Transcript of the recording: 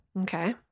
Okay